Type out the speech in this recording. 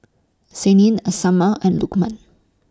Senin Amsyar and Lukman